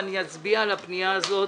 ואני אצביע על הפנייה הזאת